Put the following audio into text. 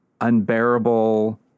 unbearable